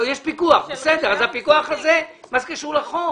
יש פיקוח, בסדר, אבל מה זה קשור לחוק?